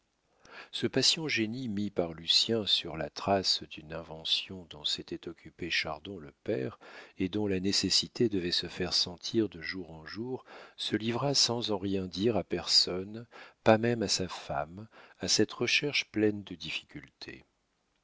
patient génie mis par lucien sur la trace d'une invention dont s'était occupé chardon le père et dont la nécessité devait se faire sentir de jour en jour se livra sans en rien dire à personne pas même à sa femme à cette recherche pleine de difficultés